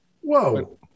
Whoa